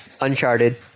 Uncharted